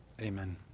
Amen